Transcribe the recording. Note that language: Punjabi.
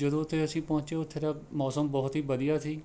ਜਦੋਂ ਉੱਥੇ ਅਸੀਂ ਪਹੁੰਚੇ ਤਾਂ ਉੱਥੇ ਦਾ ਮੌਸਮ ਬਹੁਤ ਹੀ ਵਧੀਆ ਸੀ